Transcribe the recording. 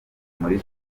muri